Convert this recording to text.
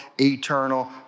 eternal